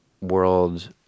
world